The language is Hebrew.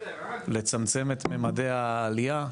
לצמצם את ממדי העלייה,